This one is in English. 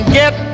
get